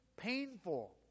painful